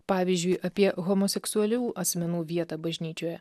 pavyzdžiui apie homoseksualių asmenų vietą bažnyčioje